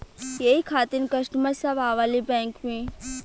यही खातिन कस्टमर सब आवा ले बैंक मे?